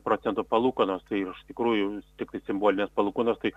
procento palūkanos tai ir iš tikrųjų tiktai simbolinės palūkanos tai